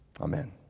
Amen